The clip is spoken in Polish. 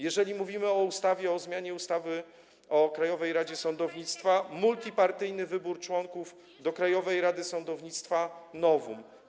Jeżeli mówimy o ustawie o zmianie ustawy o Krajowej Radzie Sądownictwa, to jest multipartyjny wybór członków do Krajowej Rady Sądownictwa - novum.